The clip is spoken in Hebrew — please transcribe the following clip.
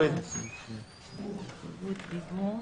הסתייגות דיבור.